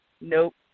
nope